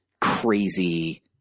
crazy